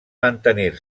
mantenir